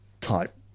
type